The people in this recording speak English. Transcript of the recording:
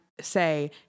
Say